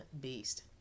Beast